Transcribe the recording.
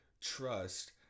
trust